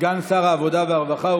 סגן שר העבודה והרווחה.